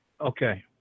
Okay